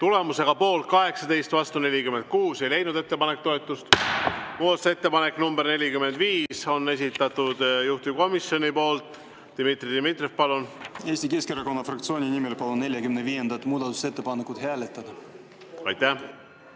Tulemusega poolt 18, vastu 46, ei leidnud ettepanek toetust. Muudatusettepaneku nr 45 on esitanud juhtivkomisjon. Dmitri Dmitrijev, palun! Eesti Keskerakonna fraktsiooni nimel palun 45. muudatusettepanekut hääletada. Eesti